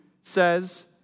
says